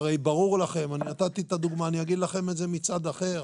אני אגיד לכם את זה מצד אחר